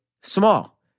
small